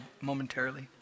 momentarily